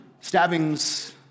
stabbings